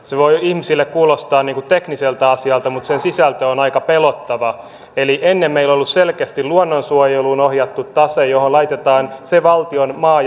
se voi ihmisille kuulostaa tekniseltä asialta mutta sen sisältö on aika pelottava ennen meillä on ollut selkeästi luonnonsuojeluun ohjattu tase johon laitetaan se valtion maa